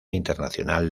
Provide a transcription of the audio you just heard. internacional